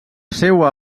seua